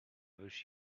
wish